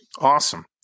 Awesome